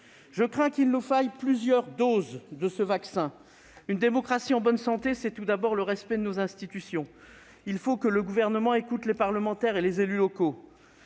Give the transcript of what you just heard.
je crains qu'il nous faille plusieurs doses de ce vaccin ... Une démocratie en bonne santé, c'est tout d'abord le respect de nos institutions. Il faut que le Gouvernement écoute les parlementaires et les élus locaux.